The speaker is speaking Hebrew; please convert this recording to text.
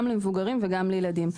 גם למבוגרים וגם לילדים.